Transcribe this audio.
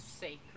sacred